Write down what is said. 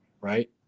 right